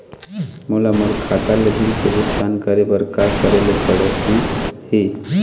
मोला मोर खाता ले बिल के भुगतान करे बर का करेले पड़ही ही?